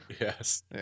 Yes